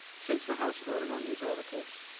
since the house voted on these articles,